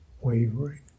wavering